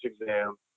exam